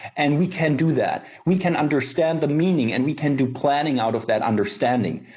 and we can do that. we can understand the meaning and we can do planning out of that understanding.